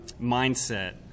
mindset